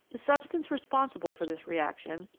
the substance responsible for this reaction,